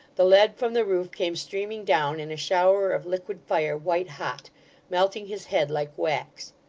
the lead from the roof came streaming down in a shower of liquid fire, white hot melting his head like wax.